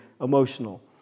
emotional